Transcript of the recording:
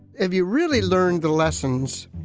if you really learned the lessons,